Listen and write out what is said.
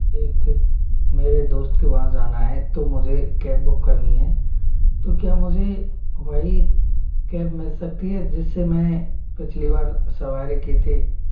एक मेरे दोस्त के पास जाना है तो मुझे कैब बुक करनी है तो क्या मुझे वही कैब मिल सकती है जिससे मैं पिछली बार सवारी की थी